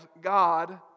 God